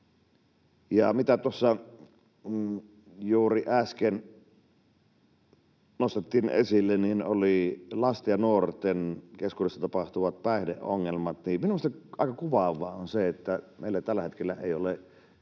Tuossa juuri äsken nostettiin esille lasten ja nuorten keskuudessa tapahtuvat päihde-ongelmat. Minusta aika kuvaavaa on se, että meillä tällä hetkellä ei ole